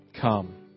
come